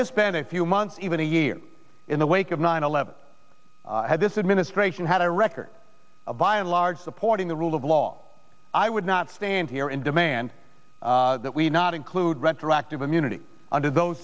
this been a few months even a year in the wake of nine eleven had this administration had a record of by and large supporting the rule of law i would not stand here and demand that we not include retroactive immunity under those